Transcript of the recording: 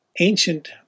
ancient